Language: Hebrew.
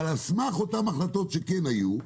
אבל על סמך אותן החלטות שכן היו,